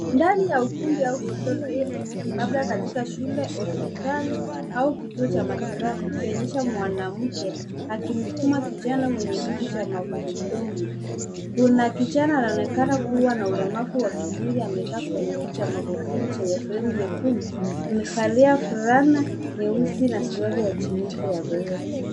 Ndani ya ukumbi au korido refu, labda katika shule, hospitali au kituo cha matibabu, ikionyesha mwanamke akimsukuma kijana mwenye kiti cha magurudumu. Kuna kijana anaonekana kuwa na ulemavu wa kimwili amekaa kwenye kiti cha magurudumu chenye fremu nyekundu. Amevalia fulana nyeusi na suruali ya jinisi ya blue .